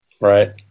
Right